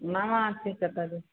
ᱚᱱᱟ ᱢᱟ ᱴᱷᱤᱠ ᱠᱟᱛᱷᱟ ᱜᱮ